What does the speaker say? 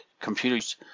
computers